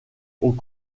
aux